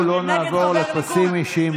על מי היא, בואו לא נעבור לפסים אישיים.